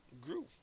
grew